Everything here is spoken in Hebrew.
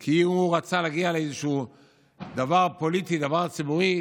כשהוא רצה להגיע לאיזשהו דבר פוליטי, דבר ציבורי,